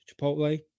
Chipotle